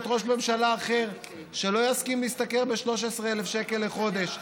ראש ממשלה אחר שלא יסכים להשתכר 13,000 שקל לחודש.